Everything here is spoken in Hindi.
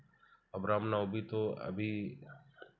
अब रामनवमी तो अभी